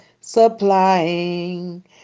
supplying